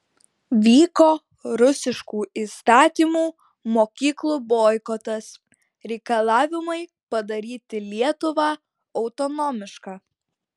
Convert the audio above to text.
vyko rusiškų įstatymų mokyklų boikotas reikalavimai padaryti lietuvą autonomišką